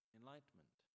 enlightenment